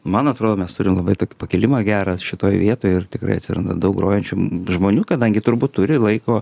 man atrodo mes turim labai tokį pakilimą gerą šitoj vietoj ir tikrai atsiranda daug grojančių žmonių kadangi turbūt turi laiko